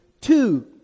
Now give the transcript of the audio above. two